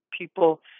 people